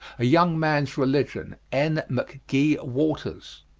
a young man's religion, n. mcgee waters.